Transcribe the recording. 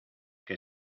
que